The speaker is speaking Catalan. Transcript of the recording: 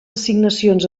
assignacions